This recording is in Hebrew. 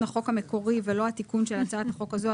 החוק המקורי ולא התיקון של הצעת החוק הזו,